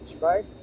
right